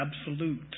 absolute